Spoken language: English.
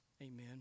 Amen